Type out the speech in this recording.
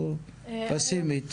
או פאסימית?